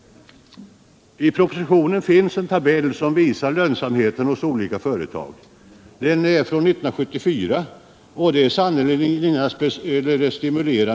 I propositionen finns en tabell som visar lönsamheten inom olika för De mindre och retag.